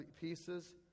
pieces